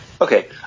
Okay